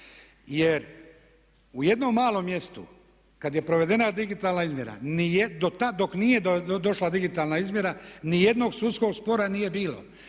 jer u jednom malom mjestu kad je provedena digitalna izmjera nije do tad dok nije došla digitalna izmjera, ni jednog sudskog spora nije bilo.